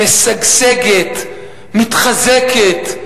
משגשגת ומתחזקת,